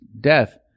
death